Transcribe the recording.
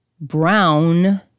brown